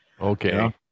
okay